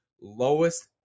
Lowest